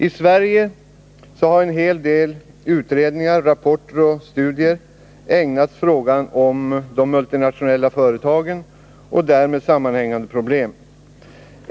I Sverige har en hel del utredningar, rapporter och studier ägnats frågan om de multinationella företagen och därmed sammanhängande problem.